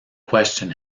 question